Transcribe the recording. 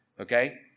okay